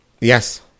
Yes